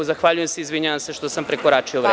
Zahvaljujem se i izvinjavam se što sam prekoračio vreme.